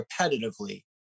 repetitively